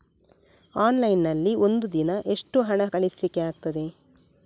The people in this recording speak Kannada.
ಆನ್ಲೈನ್ ನಲ್ಲಿ ಒಂದು ದಿನ ಎಷ್ಟು ಹಣ ಕಳಿಸ್ಲಿಕ್ಕೆ ಆಗ್ತದೆ?